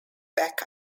back